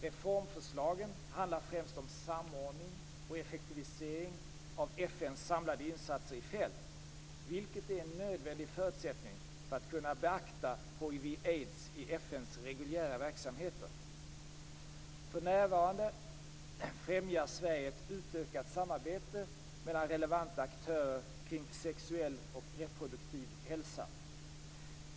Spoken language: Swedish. Reformförslagen handlar främst om samordning och effektivisering av FN:s samlade insatser i fält, vilket är en nödvändig förutsättning för att kunna beakta hiv/aids i FN:s reguljära verksamheter. För närvarande främjar Sverige ett utökat samarbete mellan relevanta aktörer kring sexuell och reproduktiv hälsa.